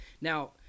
Now